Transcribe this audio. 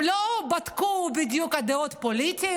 הם לא בדקו בדיוק את הדעות הפוליטיות,